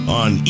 on